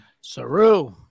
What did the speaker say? Saru